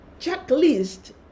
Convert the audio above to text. checklist